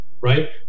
right